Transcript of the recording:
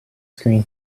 screen